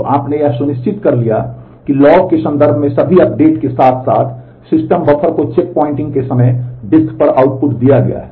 तो आपने यह सुनिश्चित कर लिया है कि लॉग के संदर्भ में सभी अपडेट के साथ साथ सिस्टम बफर को चेक पॉइंटिंग के समय डिस्क पर आउटपुट दिया गया है